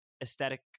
aesthetic